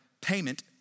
payment